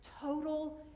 total